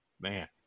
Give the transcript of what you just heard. man